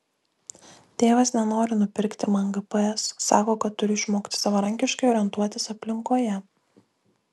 tėvas nenori nupirkti man gps sako kad turiu išmokti savarankiškai orientuotis aplinkoje